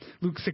Luke